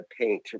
paint